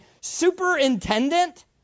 superintendent